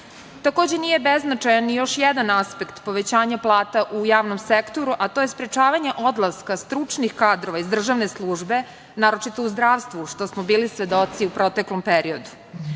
nije beznačajan još jedan aspekt povećanja plata u javnom sektoru, a to je sprečavanje odlaska stručnih kadrova iz državne službe, naročito u zdravstvu, što smo bili svedoci u proteklom periodu. Ovim